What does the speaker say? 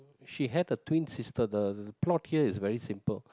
she had a twin sister the plot here is very simple